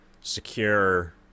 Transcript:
secure